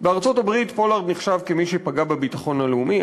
בארצות-הברית פולארד נחשב למי שפגע בביטחון הלאומי,